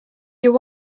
your